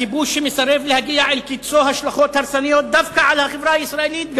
לכיבוש שמסרב להגיע אל קצו השלכות הרסניות דווקא על החברה הישראלית.